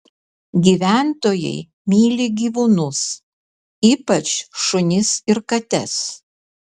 gyventojai myli gyvūnus ypač šunis ir kates